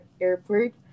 airport